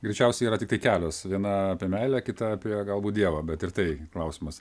greičiausiai yra tiktai kelios viena apie meilę kita apie gal būt dievą bet ir tai klausimas